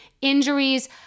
injuries